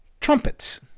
trumpets